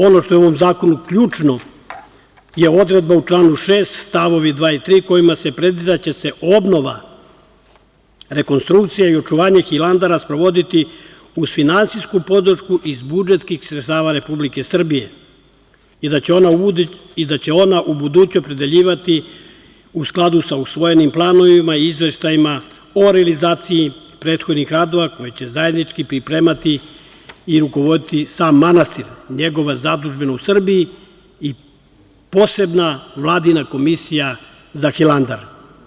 Ono što je u ovom zakonu ključno je odredba u članu 6. stavovi 2. i 3. kojima se predviđa da će se obnova, rekonstrukcija i očuvanje Hilandara sprovoditi uz finansijsku podršku iz budžetskih sredstava Republike Srbije i da će ona ubuduće opredeljivati u skladu sa usvojenim planovima i izveštajima o realizaciji prethodnih radova koje će zajednički pripremati i rukovoditi sam manastir, njegova zadužbina u Srbiji i posebna Vladina komisija za Hilandar.